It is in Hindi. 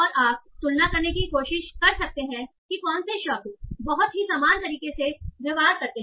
और आप तुलना करने की कोशिश कर सकते हैं कि कौन से शब्द बहुत ही समान तरीके से व्यवहार करते हैं